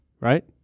right